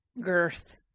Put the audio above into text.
girth